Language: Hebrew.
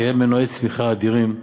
כי הן מנועי צמיחה אדירים.